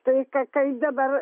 tai ka kaip dabar